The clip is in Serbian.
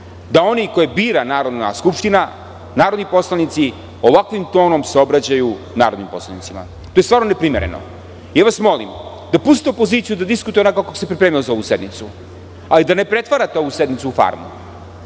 da oni koje bira Narodna skupština, narodni poslanici, ovakvim tonom se obraćaju narodnim poslanicima. To je stvarno neprimereno. Molim vas, dopustite opoziciji da diskutuje onako kako se pripremila za ovu sednicu, ali da ne pretvarate ovu sednicu u „Farmu“.